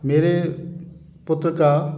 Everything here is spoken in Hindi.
मेरे पुत्र का